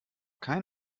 kein